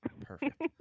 Perfect